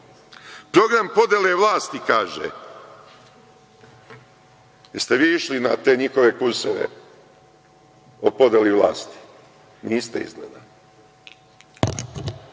program podele vlasti, kaže. Jel ste vi išli na te njihove kurseve o podeli vlasti? Niste izgleda. Pa